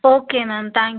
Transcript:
okay ma'am thank you ma'am